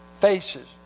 faces